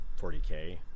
40K